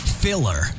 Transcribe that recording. Filler